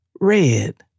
Red